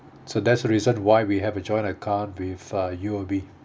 so that's the reason why we have a joint account with uh U_O_B